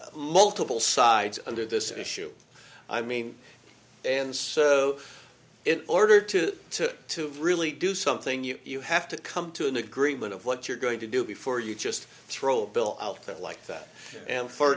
multiple sides under this issue i mean and so in order to to really do something you you have to come to an agreement of what you're going to do before you just throw a bill out there like that and for